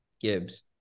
Gibbs